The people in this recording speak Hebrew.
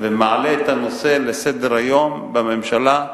ומעלה את הנושא לסדר-היום בממשלה,